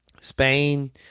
Spain